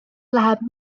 läheb